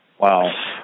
Wow